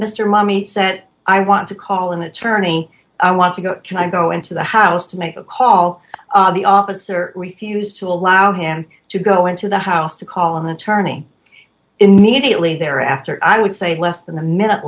mr money sat i want to call an attorney i want to go can i go into the house to make a call the officer refused to allow him to go into the house to call an attorney immediately there after i would say less than a minute